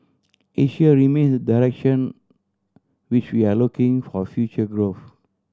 Asia remains direction which we are looking for future growth